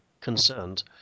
concerned